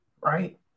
right